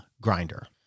Grinder